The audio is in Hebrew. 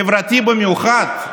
חברתי במיוחד,